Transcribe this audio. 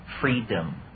freedom